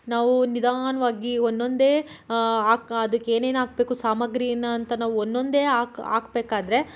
ನಾವು ನಿಧಾನ್ವಾಗಿ ಒಂದೊಂದೇ ಹಾಕ್ ಅದಕ್ಕೆ ಏನೇನು ಹಾಕ್ಬೇಕು ಸಾಮಗ್ರಿ ಇನ್ನು ಅಂತ ನಾವು ಒಂದೊಂದೇ ಹಾಕ್ ಹಾಕ್ಬೇಕಾದ್ರೆ